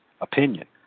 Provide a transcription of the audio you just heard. opinion